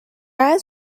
eyes